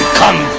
come